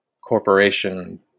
corporation